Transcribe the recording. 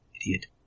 idiot